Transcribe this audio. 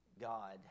God